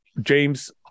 James